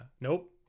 nope